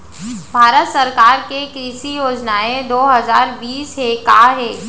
भारत सरकार के कृषि योजनाएं दो हजार बीस के का हे?